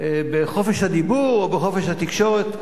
בחופש הדיבור או בחופש התקשורת,